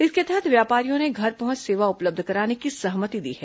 इसके तहत व्यापारियों ने घर पहुंच सेवा उपलब्ध कराने की सहमति दी है